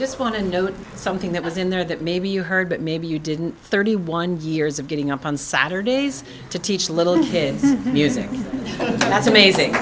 just want to note something that was in there that maybe you heard but maybe you didn't thirty one years of getting up on saturdays to teach little kids music was amazing